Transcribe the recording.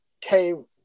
came –